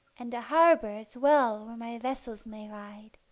and a harbour as well where my vessels may ride.